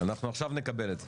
אנחנו עכשיו נקבל את זה.